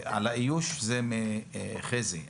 לגבי האיוש נשמע מחזי שורצמן.